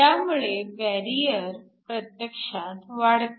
त्यामुळे बॅरिअर प्रत्यक्षात वाढते